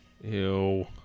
Ew